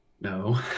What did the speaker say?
no